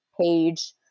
page